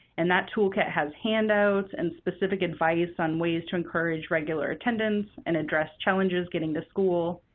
and that toolkit has handouts and specific advice on ways to encourage regular attendance and address challenges getting to school.